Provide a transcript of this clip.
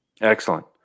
Excellent